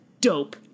dope